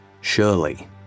surely